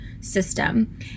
system